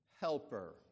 helper